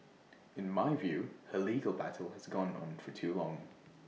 in my view her legal battle has gone on for too long